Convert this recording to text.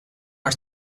are